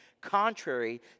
contrary